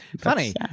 funny